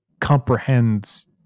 comprehends